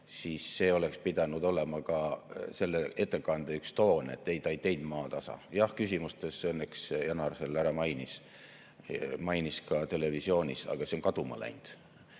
siis see oleks pidanud olema ka selle ettekande üks toon, et ei, ta ei teinud maatasa. Jah, küsimustes õnneks Janar selle ära mainis. Mainis ka televisioonis, aga see on kaduma läinud.